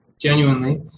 genuinely